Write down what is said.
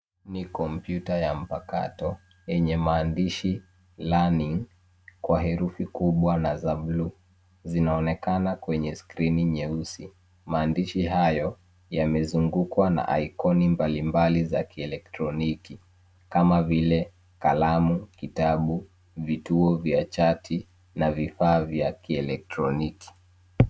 Ni komputa ya mpakato yenye maandishi learning kwa herufi kubwa na za bluu. Zinaonekana kwenye skrini inyeusi, maandishi hayo ya mezungkwa na aikoni mbali-mbali za kielektroniki, kama vile kalamu, kitabu, vituo vya chati na vifaa vya kielektroniki.